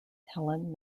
helen